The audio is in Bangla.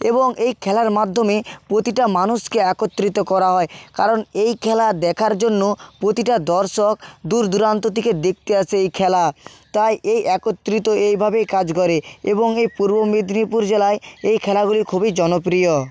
এবং এই খেলার মাধ্যমে প্রতিটা মানুষকে একত্রিত করা হয় কারণ এই খেলা দেখার জন্য প্রতিটা দর্শক দূর দূরান্ত থেকে দেখতে আসে এই খেলা তাই এই একত্রিত এইভাবেই কাজ করে এবং এই পূর্ব মেদিনীপুর জেলায় এই খেলাগুলি খুবই জনপ্রিয়